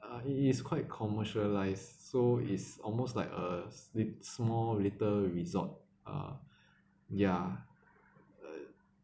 uh it is quite commercialise so is almost like a snip small little resort uh ya uh